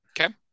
okay